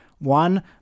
One